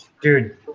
dude